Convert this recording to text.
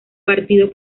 partido